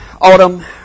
Autumn